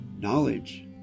knowledge